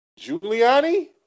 Giuliani